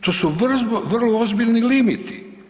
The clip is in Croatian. To su vrlo ozbiljni limiti.